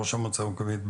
ראש המועצה המקומית,